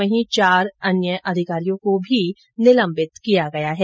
वहीं चार अन्य अधिकारियों को भी निलम्बित किया गया है